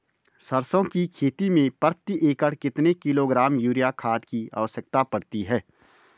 सरसों की खेती में प्रति एकड़ कितने किलोग्राम यूरिया खाद की आवश्यकता पड़ती है?